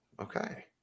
Okay